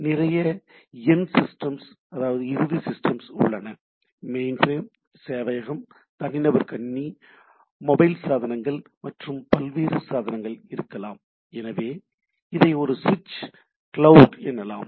நிறைய end system இறுதி system உள்ளன மெயின்பிரேம் சேவையகம் தனிநபர் கணினி மொபைல் சாதனங்கள் மற்றும் பல்வேறு சாதனங்கள் இருக்கலாம் எனவே இதை ஒரு சுவிட்சிங் கிளவுட் எனலாம்